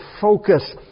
focus